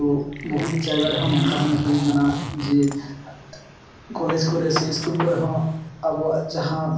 ᱛᱳ ᱵᱚᱦᱩᱛ ᱡᱟᱭᱜᱟ ᱨᱮᱦᱚᱸ ᱱᱚᱝᱠᱟ ᱦᱚᱸ ᱧᱮᱞ ᱦᱩᱭᱠᱟᱠᱟ ᱡᱮ ᱠᱚᱞᱮᱡᱽ ᱠᱚᱨᱮ ᱥᱮ ᱤᱥᱠᱩᱞ ᱠᱚᱨᱮ ᱦᱚᱸ ᱟᱵᱚᱣᱟᱜ ᱡᱟᱦᱟᱸ